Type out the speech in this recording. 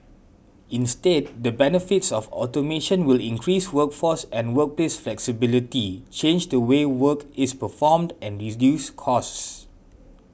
instead the benefits of automation will increase workforce and workplace flexibility change the way work is performed and reduce costs